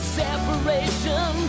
separation